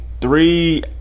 three